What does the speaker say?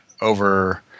over